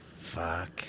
Fuck